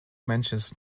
mentions